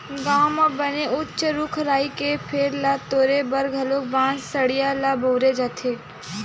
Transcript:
गाँव म बने उच्च रूख राई के फर ल तोरे बर घलोक बांस के सिड़िया ल बउरे जाथे